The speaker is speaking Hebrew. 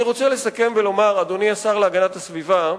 אני רוצה לסכם ולומר, אדוני השר להגנת הסביבה,